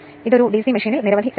ഇത് വളരെ ലളിതമായ കാര്യമാണ്